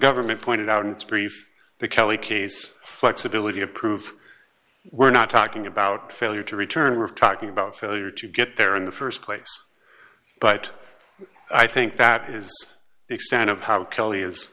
government pointed out in its brief the kelly case flexibility approve we're not talking about failure to return we're talking about failure to get there in the st place but i think that is the extent of how kelly is